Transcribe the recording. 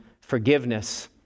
forgiveness